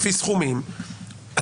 לפי סכומים,